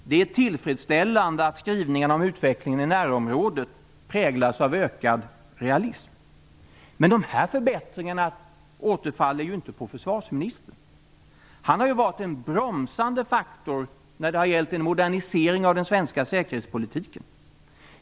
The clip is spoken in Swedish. Det är tillfredsställande att skrivningarna om utvecklingen i närområdet präglas av ökad realism. Men de här förbättringarna återfaller inte på försvarsministern. Han har varit en bromsande faktor när det har gällt en modernisering av den svenska säkerhetspolitiken.